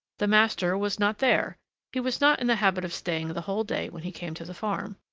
the master was not there he was not in the habit of staying the whole day when he came to the farm.